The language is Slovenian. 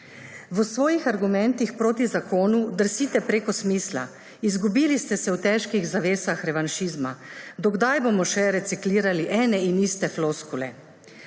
V svojih argumentih proti zakonu drsite preko smisla. Izgubili ste se v težkih zavesah revanšizma. Do kdaj bomo še reciklirali ene in iste floskule.